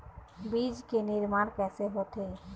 बीज के निर्माण कैसे होथे?